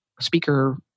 speaker